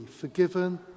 forgiven